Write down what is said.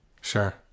Sure